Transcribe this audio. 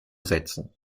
setzen